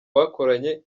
bakoranye